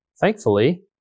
thankfully